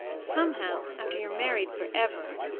somehow, after you're married forever,